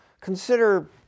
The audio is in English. Consider